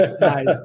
nice